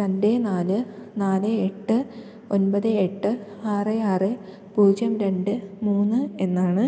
രണ്ട് നാല് നാല് എട്ട് ഒമ്പത് എട്ട് ആറ് ആറ് പൂജ്യം രണ്ട് മൂന്ന് എന്നാണ്